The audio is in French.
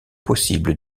possible